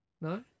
No